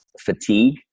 fatigue